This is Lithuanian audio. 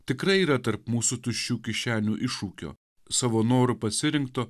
tikrai yra tarp mūsų tuščių kišenių iššūkio savo noru pasirinkto